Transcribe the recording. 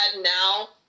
now